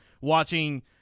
watching